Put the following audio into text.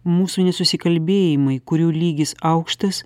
mūsų nesusikalbėjimai kurių lygis aukštas